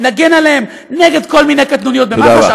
נגן עליהם נגד כל מיני קטנוניות במח"ש,